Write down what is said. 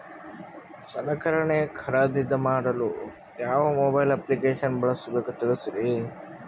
ಸಲಕರಣೆ ಖರದಿದ ಮಾಡಲು ಯಾವ ಮೊಬೈಲ್ ಅಪ್ಲಿಕೇಶನ್ ಬಳಸಬೇಕ ತಿಲ್ಸರಿ?